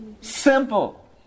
Simple